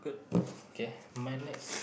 okay my next